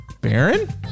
Baron